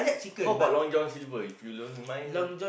how bout Long-John-Silver if you don't mind